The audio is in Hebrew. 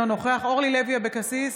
אינו נוכח אורלי לוי אבקסיס,